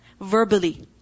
Verbally